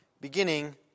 beginning